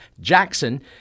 Jackson